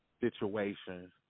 situation